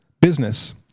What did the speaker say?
business